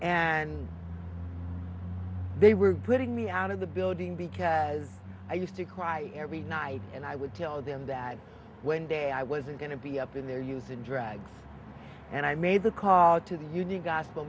and they were putting me out of the building because i used to cry every night and i would tell them that when day i wasn't going to be up in their use in drag and i made the call to the union gospel